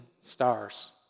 stars